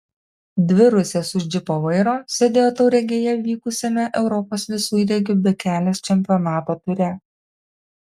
dvi rusės už džipo vairo sėdėjo tauragėje vykusiame europos visureigių bekelės čempionato ture